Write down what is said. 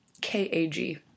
K-A-G